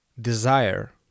desire